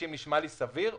60 נשמע לי סביר.